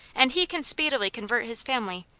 and he can speedily convert his family.